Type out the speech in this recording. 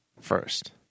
first